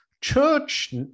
church